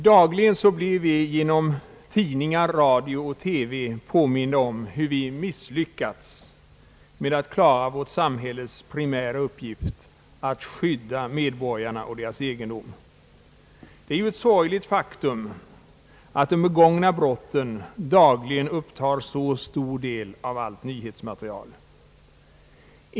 Dagligen blir vi genom tidningar, radio och TV påminda om hur vi misslyckats med att klara vårt samhälles primära uppgift att skydda medborgarna och deras egendom. Det är ett sorgligt faktum att de begångna brotten varje dag upptar en stor del av allt nyhetsmaterial.